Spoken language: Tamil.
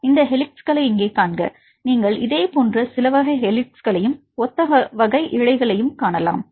இந்த ஹெலிக்ஸ்களை இங்கே காண்க நீங்கள் இதேபோன்ற சில வகை ஹெலிக்ஸ்களையும் ஒத்த வகை இழைகளையும் காணலாம்